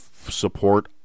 support